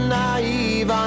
naive